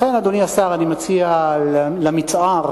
לכן, אדוני השר, אני מציע, למצער,